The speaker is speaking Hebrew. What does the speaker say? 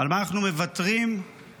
על מה אנחנו מוותרים בקניות.